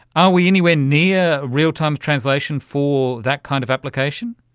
are we anywhere near real-time translation for that kind of application?